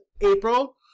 April